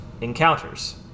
encounters